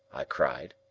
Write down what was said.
i cried.